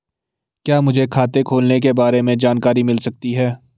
क्या मुझे खाते खोलने के बारे में जानकारी मिल सकती है?